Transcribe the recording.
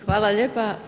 Hvala lijepo.